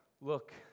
Look